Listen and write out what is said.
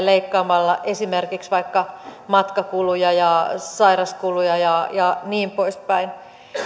leikkaamalla esimerkiksi vaikka matkakuluja ja sairauskuluja ja ja niin poispäin